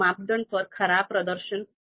માપદંડ વચ્ચે વળતરની અસર સહન થતી નથી